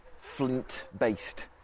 flint-based